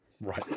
Right